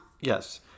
Yes